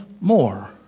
more